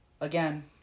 again